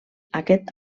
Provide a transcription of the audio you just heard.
aquest